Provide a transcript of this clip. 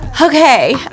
Okay